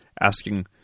asking